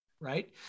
Right